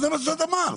זה מה שאת אמרת.